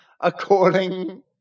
according